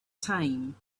time